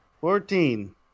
Fourteen